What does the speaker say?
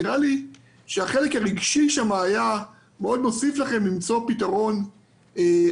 נראה לי שהחלק הרגשי שם היה מאוד מוסיף לכם למצוא פתרון אמיתי.